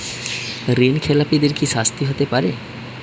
ঋণ খেলাপিদের কি শাস্তি হতে পারে?